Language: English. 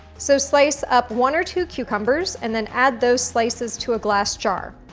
so, slice up one or two cucumbers and then add those slices to a glass jar.